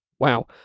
Wow